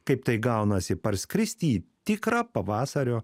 kaip tai gaunasi parskristi į tikrą pavasario